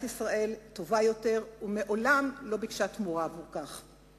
ישראל ומעולם לא ביקשה תמורה עבור כך.